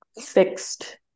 fixed